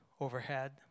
overhead